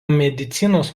medicinos